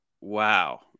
wow